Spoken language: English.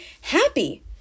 happy